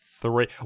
three